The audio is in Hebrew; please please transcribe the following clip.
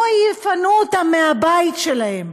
לא יפנו אותם מהבתים שלהם.